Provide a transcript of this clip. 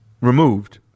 removed